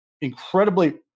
incredibly